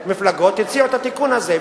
המפלגות הציעו את התיקון הזה.